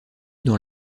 dans